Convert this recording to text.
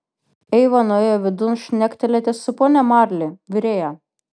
eiva nuėjo vidun šnektelėti su ponia marli virėja